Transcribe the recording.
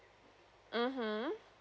(uh huh)